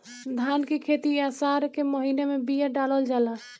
धान की खेती आसार के महीना में बिया डालल जाला?